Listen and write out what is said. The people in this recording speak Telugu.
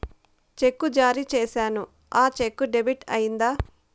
చెక్కు జారీ సేసాను, ఆ చెక్కు డెబిట్ అయిందా